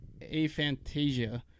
aphantasia